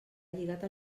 lligat